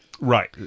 Right